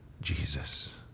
Jesus